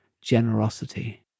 generosity